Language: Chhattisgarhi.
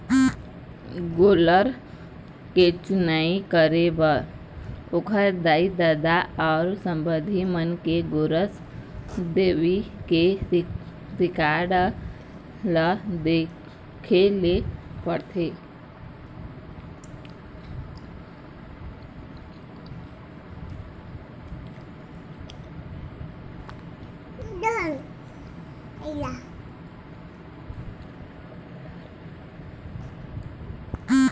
गोल्लर के चुनई करे बर ओखर दाई, ददा अउ संबंधी मन के गोरस देवई के रिकार्ड ल देखे ल परथे